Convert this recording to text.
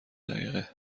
دقیقه